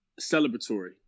celebratory